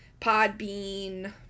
Podbean